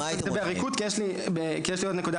כי יש לי עוד נקודה,